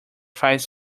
five